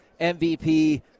MVP